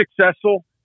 successful